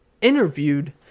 Interviewed